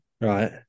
Right